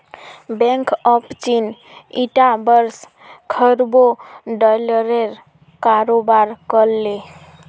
bank of चीन ईटा वर्ष खरबों डॉलरेर कारोबार कर ले